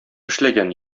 эшләгән